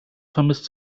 vermisst